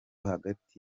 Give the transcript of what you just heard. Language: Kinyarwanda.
hagati